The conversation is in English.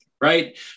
Right